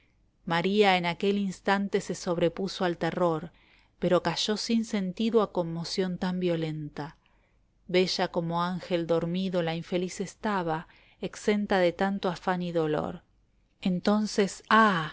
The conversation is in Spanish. maría en aquel instante se sobrepuso al terror pero cayó sin sentido a conmoción tan violenta bella como ángel dormido la infeliz estaba exenta de tanto afán y dolor entonces ah